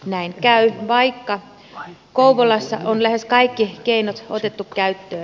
näin käy vaikka kouvolassa on lähes kaikki keinot otettu käyttöön